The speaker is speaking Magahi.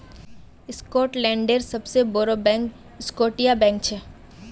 स्कॉटलैंडेर सबसे बोड़ो बैंक स्कॉटिया बैंक छे